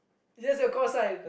just your call sign